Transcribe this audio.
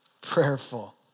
prayerful